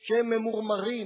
שהם ממורמרים,